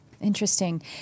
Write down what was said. Interesting